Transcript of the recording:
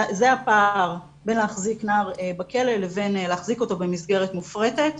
זה הפער בין להחזיק נער בכלא לבין להחזיק אותו במסגרת מופרטת,